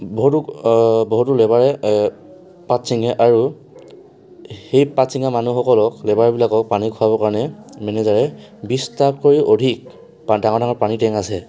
বহুতো বহুতো লেবাৰে পাত চিঙে আৰু সেই পাত চিঙা মানুহসকলক লেবাৰবিলাকক পানী খোৱাবৰ কাৰণে মেনেজাৰে বিশটাতকৈ অধিক পা ডাঙৰ ডাঙৰ পানী টেংক আছে